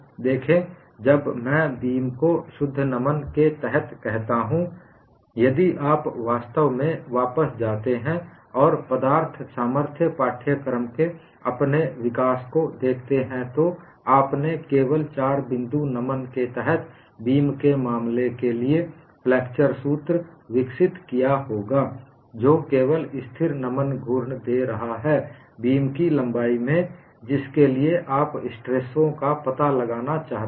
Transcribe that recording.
देखें जब मैं बीम को शुद्ध नमन के तहत कहता हूं यदि आप वास्तव में वापस जाते हैं और पदार्थ सामर्थ्य पाठ्यक्रम के अपने विकास को देखते हैं तो आपने केवल चार बिंदु नमन के तहत बीम के मामले के लिए फ्लेक्सर सूत्र विकसित किया होगा जो केवल स्थिर नमन घूर्ण दे रहा है बीम की लंबाई में जिसके लिए आप स्ट्रेसों का पता लगाना चाहते हैं